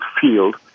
field